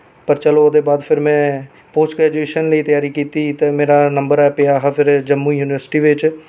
पर चलो ओह्दे बाद में पोस्ट ग्रैजुएशन लेई त्यारी कीती ते मेरा नम्बर फिर पेआ हा जम्मू यूनिवर्सिटी बिच